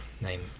name